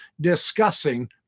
discussing